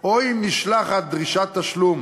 או אם נשלחת דרישת תשלום